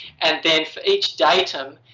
and then for each datum,